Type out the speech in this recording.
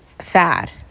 sad